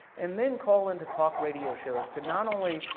and then call into talk radio shows to, not only,